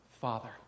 Father